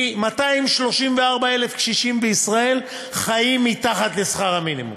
כי 234,000 קשישים בישראל חיים מתחת לשכר המינימום,